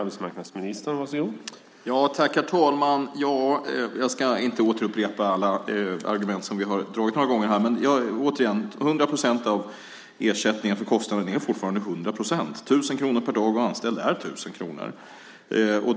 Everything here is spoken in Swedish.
Herr talman! Jag ska inte återupprepa alla argument som vi har dragit några gånger här, men återigen: 100 procent av ersättningen för kostnaden är fortfarande 100 procent. 1 000 kronor per dag och anställd är 1 000 kronor.